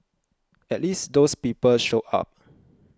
at least those people showed up